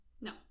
No